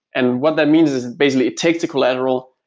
and what that means is basically it takes a collateral,